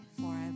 forever